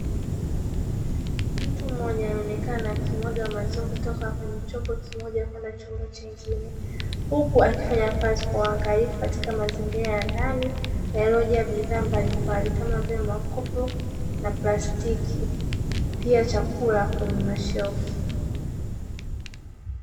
Mtu mmoja anaonekana akimwaga maziwa kutoka kwenye chombo kimoja kwenda kwenye chombo kingine, huku akifanya kazi kwa uangalifu katika mazingira ya ndani yaliyojaa bidhaa mbalimbali kama vile makopo ya plasstiki pia chakula kwenye mashelfu.